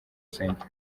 centre